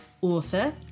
author